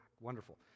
Wonderful